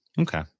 Okay